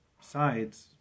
sides